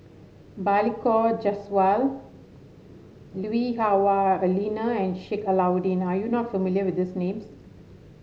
Balli Kaur Jaswal Lui Hah Wah Elena and Sheik Alau'ddin are you not familiar with these names